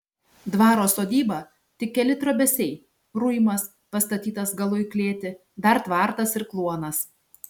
dvaro sodyba tik keli trobesiai ruimas pastatytas galu į klėtį dar tvartas ir kluonas